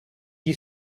gli